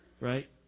Right